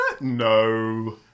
no